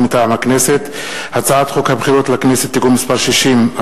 מטעם הכנסת: הצעת חוק הבחירות לכנסת (תיקון מס' 60),